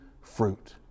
fruit